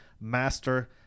master